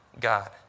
God